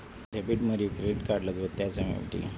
Debit మరియు credit కార్డ్లకు వ్యత్యాసమేమిటీ?